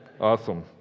awesome